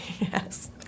Yes